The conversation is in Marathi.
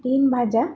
तीन भाज्या